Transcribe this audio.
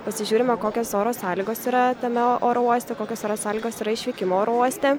pasižiūrime kokios oro sąlygos yra tame oro uoste kokios yra sąlygos yra išvykimo oro uoste